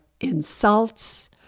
insults